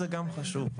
זה חשוב,